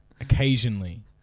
Occasionally